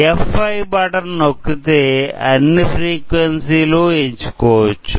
F5 button నొక్కితే అన్ని frequency లు ఎంచుకోవచ్చు